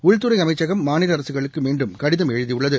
உள்துறை அமைச்சகம் மாநில அரசுகளுக்கு மீண்டும் கடிதம் எழுதியுள்ளது